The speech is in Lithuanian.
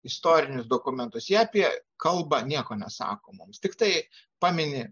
istorinius dokumentus jie apie kalbą nieko nesako mums tiktai pamini